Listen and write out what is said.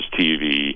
TV